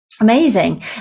Amazing